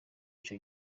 ico